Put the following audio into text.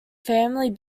family